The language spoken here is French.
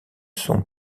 sont